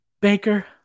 Baker